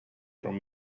from